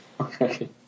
Okay